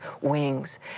wings